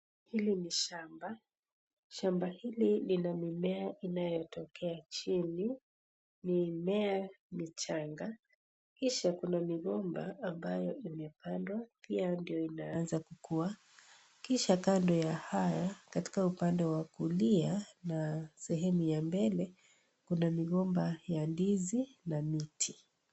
Hili ni shamba. Shamba hili lina mimea inayotokea chini. Mimea michanga kisha kuna migomba ambayo imepandwa pia ndio inaanza kukua. Kisha kando ya haya, katika upande wa kulia na sehemu ya mbele, kuna migomba ya ndizi na miti.